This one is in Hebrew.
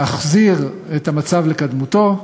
להחזיר את המצב לקדמותו.